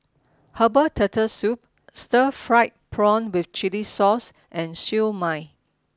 Herbal Turtle Soup Stir Fried Prawn With Chili Sauce and Siew Mai